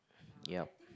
yup